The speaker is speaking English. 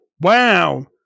wow